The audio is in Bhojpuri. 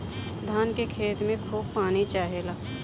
धान के खेत में खूब पानी चाहेला